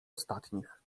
ostatnich